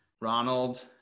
Ronald